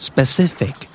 Specific